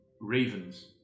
ravens